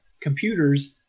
computers